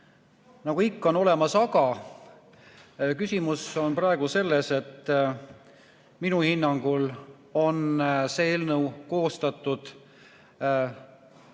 nagu ikka on olemas aga. Küsimus on praegu selles, et minu hinnangul on see eelnõu koostatud